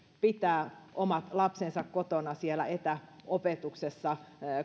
pitää omat lapsensa kotona siellä etäopetuksessa